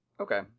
Okay